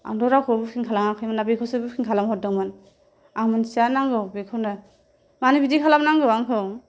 आंथ' रावखौबो बुकिं खालामाखैमोन ना बेखौसो बुकिं खालाम हरदोंमोन आं मोन्थिया नांगौ बेखौनो मानो बिदि खालाम नांगौ आंखौ